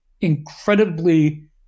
incredibly